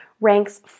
ranks